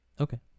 Okay